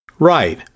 Right